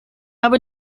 habe